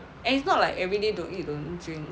and it's not like everyday don't eat don't drink